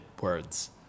words